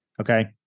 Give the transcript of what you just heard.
okay